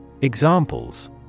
Examples